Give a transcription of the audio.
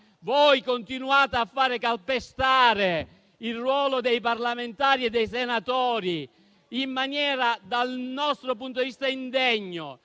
Voi continuate a far calpestare il ruolo dei parlamentari e dei senatori in maniera, dal nostro punto di vista, indegno.